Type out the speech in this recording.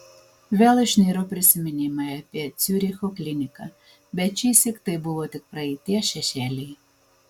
vėl išniro prisiminimai apie ciuricho kliniką bet šįsyk tai buvo tik praeities šešėliai